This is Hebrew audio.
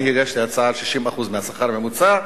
אני הגשתי הצעה על 60% מהשכר הממוצע.